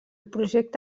projecte